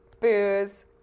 booze